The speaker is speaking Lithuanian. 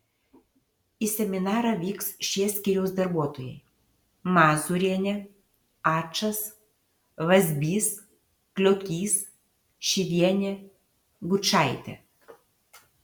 į seminarą vyks šie skyriaus darbuotojai mazūrienė ačas vazbys kliokys šyvienė gučaitė